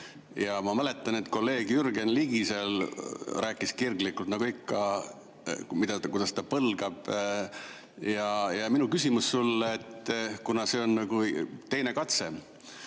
Ja ma mäletan, et kolleeg Jürgen Ligi seal rääkis kirglikult nagu ikka, kuidas ta põlgab. Ja minu küsimus sulle: kuna see on teine katse